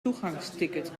toegangsticket